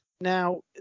Now